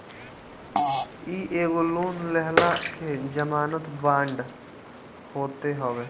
इ एगो लोन लेहला के जमानत बांड होत हवे